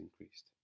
increased